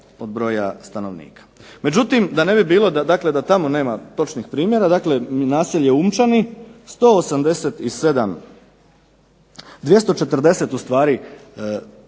od broja stanovnika. Međutim da ne bi bilo dakle da tamo nema točnih primjera dakle naselje Unčani 187, 240 ustvari